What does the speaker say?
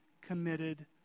committed